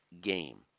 game